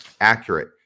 accurate